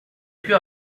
più